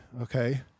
okay